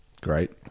great